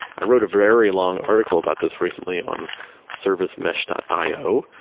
i wrote a very long article about this recently on servicemesh io.